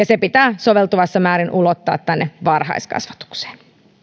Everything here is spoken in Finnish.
se pitää soveltuvassa määrin ulottaa tänne varhaiskasvatukseen